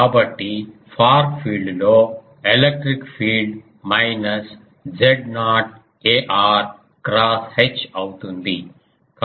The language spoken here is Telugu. కాబట్టి ఫార్ ఫీల్డ్ లో electric field minus Z0 ar cross H అవుతుంది